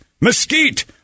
mesquite